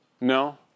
No